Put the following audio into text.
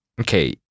Okay